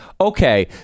okay